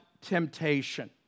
temptation